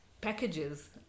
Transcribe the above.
packages